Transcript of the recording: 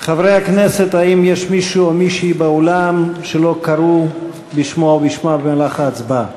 האם יש מישהי או מישהו באולם שלא קראו בשמו או בשמה במהלך ההצבעה?